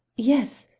yes,